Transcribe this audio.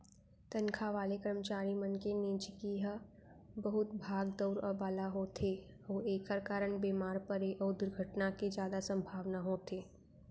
तनखा वाले करमचारी मन के निजगी ह बहुत भाग दउड़ वाला होथे अउ एकर कारन बेमार परे अउ दुरघटना के जादा संभावना होथे